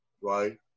right